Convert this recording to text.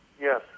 Yes